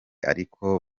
ariko